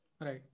Right